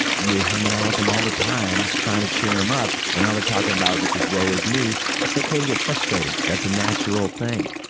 you're hanging out with them all the time, trying to cheer em up, and all they're talking about is, woe is me. it's okay to get frustrated. that's a natural thing.